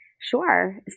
Sure